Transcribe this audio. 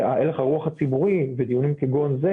והלך הרוח הציבורי ודיונים כגון זה